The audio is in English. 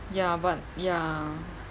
ya but ya